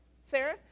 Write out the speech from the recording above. Sarah